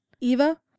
Eva